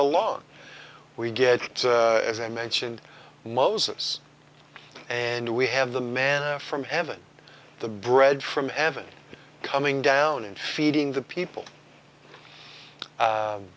along we get as i mentioned moses and we have the manna from heaven the bread from heaven coming down and feeding the people